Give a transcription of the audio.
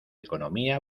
economía